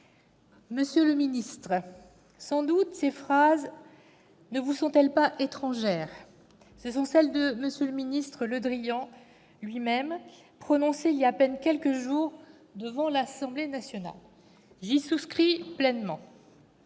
Monsieur le secrétaire d'État, sans doute ces phrases ne vous sont-elles pas étrangères : ce sont celles de M. le ministre Le Drian lui-même, prononcées il y a à peine quelques jours devant l'Assemblée nationale. J'y souscris pleinement.